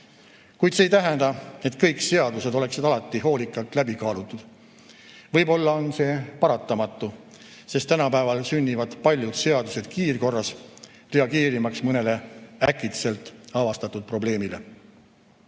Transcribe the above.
Kuid see ei tähenda, et kõik seadused oleksid alati hoolikalt läbi kaalutud. Võib-olla on see paratamatu, sest tänapäeval sünnivad paljud seadused kiirkorras, reageerimaks mõnele äkitselt avastatud probleemile.